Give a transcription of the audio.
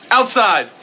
Outside